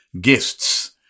Guests